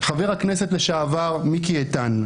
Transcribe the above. חבר הכנסת לשעבר מיקי איתן.